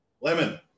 Lemon